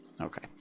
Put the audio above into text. Okay